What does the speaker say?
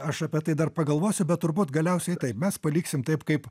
aš apie tai dar pagalvosiu bet turbūt galiausiai taip mes paliksim taip kaip